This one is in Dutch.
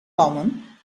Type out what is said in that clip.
landen